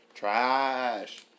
Trash